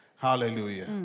Hallelujah